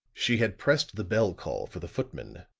she had pressed the bell call for the footman,